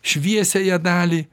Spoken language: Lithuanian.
šviesiąją dalį